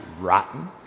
rotten